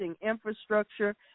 infrastructure